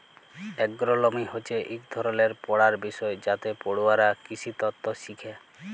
এগ্রোলমি হছে ইক ধরলের পড়ার বিষয় যাতে পড়ুয়ারা কিসিতত্ত শিখে